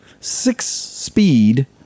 six-speed